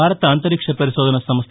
భారత అంతరిక్ష పరిశోధన సంస్ట